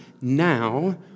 now